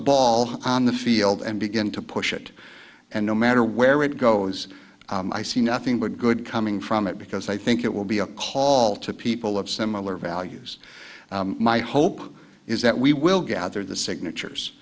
ball on the field and begin to push it and no matter where it goes i see nothing but good coming from it because i think it will be a call to people of similar values my hope is that we will gather the signatures